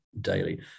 daily